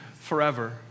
forever